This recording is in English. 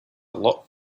lot